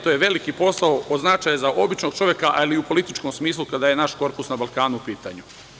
To je veliki posao od značaja za običnog čoveka, ali i u političkom smislu kada je naš korpus na Balkanu u pitanju.